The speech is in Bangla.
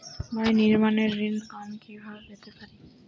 বাড়ি নির্মাণের ঋণ আমি কিভাবে পেতে পারি?